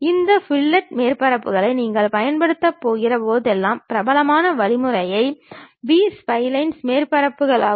இந்த ஃபில்லட் மேற்பரப்புகளை நீங்கள் பயன்படுத்தப் போகிற போதெல்லாம் பிரபலமான வழிமுறையானது பி ஸ்பைலைன் மேற்பரப்புகளாகும்